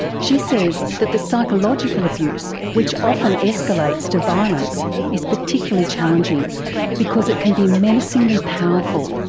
she says that the psychological abuse which often escalates to violence is particularly challenging because it can be menacingly powerful,